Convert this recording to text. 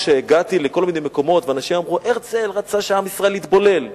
כשהגעתי לכל מיני מקומות ואנשים אמרו: הרצל רצה שעם ישראל יתבולל,